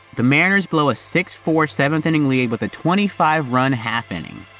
the mariners blow a six four, seventh inning lead with a twenty five run, half inning.